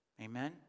Amen